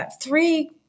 three